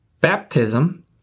Baptism